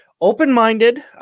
open-minded